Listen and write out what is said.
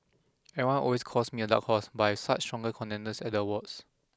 everyone always calls me a dark horse but I've such stronger contenders at the awards